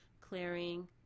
clearing